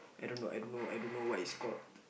I don't know I don't know I don't know what it's called